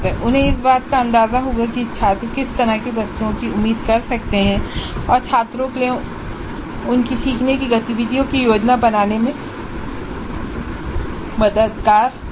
उन्हें इस बात का अंदाजा होगा कि छात्र किस तरह की वस्तुओं की उम्मीद कर सकते हैं और यह छात्रों के लिए उनकी सीखने की गतिविधियों की योजना बनाने में मददगार होगा